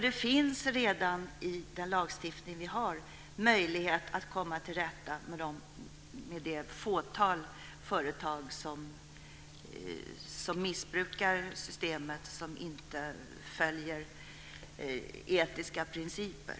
Det finns redan i den lagstiftning vi har möjlighet att komma till rätta med de fåtal företag som missbrukar systemet och inte följer etiska principer.